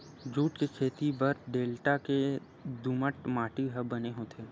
jute के खेती बर डेल्टा के दुमट माटी ह बने होथे